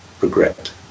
regret